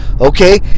okay